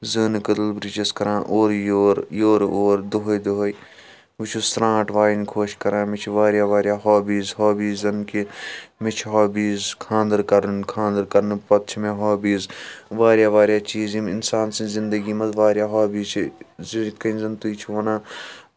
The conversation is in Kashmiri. زٲنہٕ کٔدٕل بِرجَس کران اُورٕ یور یُورٕ اور دۄہَے دۄہَے بہٕ چھُس سرانٛٹھ وایِنۍ خۄش کران مےٚ چھِ واریاہ واریاہ ہابِیٖز ہابیٖزَن کہِ مےٚ چھِ ہابِیٖز خانٛدَر کَرُن خانٛدَر کَرنہٕ پَتہٕ چھِ مےٚ ہابِیٖز واریاہ واریاہ چِیٖز یِم اِنسان سٕنٛز زِنٛدَگِی منٛز واریاہ ہابِیٖز چھِ یِتھ کنۍ زَن تُہۍ چھو وَنان